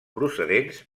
procedents